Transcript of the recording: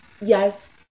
yes